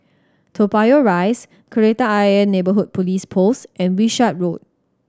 Toa Payoh Rise Kreta Ayer Neighbourhood Police Post and Wishart Road